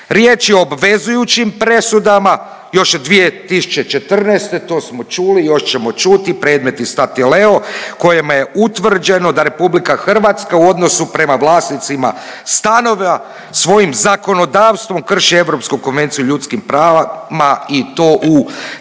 Riječ je o obvezujućim presudama još 2014. to smo čuli i još ćemo čuti predmet Statileo kojima je utvrđeno da RH u odnosu prema vlasnicima stanova svojim zakonodavstvom krši Europsku konvenciju o ljudskim pravima i to u